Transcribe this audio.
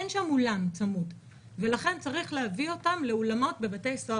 אין שם אולם צמוד ולכן צריך להביא אותם לאולמות בבתי סוהר אחרים.